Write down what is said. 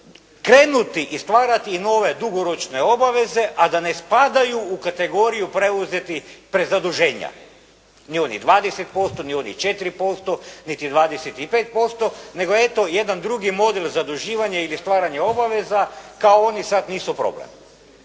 krenuti i stvarati nove dugoročne obaveze a da ne spadaju u kategoriju preuzetih, prezaduženja. Ni onih 20%, ni onih 4%, niti 25%, nego eto jedan drugi model zaduživanja ili stvaranja obaveza kao oni sada nisu problem.